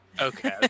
Okay